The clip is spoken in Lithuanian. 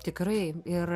tikrai ir